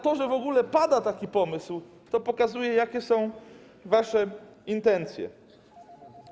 To, że w ogóle pada taki pomysł, pokazuje, jakie są wasze intencje.